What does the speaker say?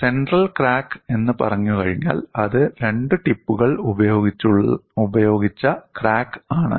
central crack എന്ന് പറഞ്ഞുകഴിഞ്ഞാൽ അത് രണ്ട് ടിപ്പുകൾ ഉപയോഗിച്ച ക്രാക്ക് ആണ്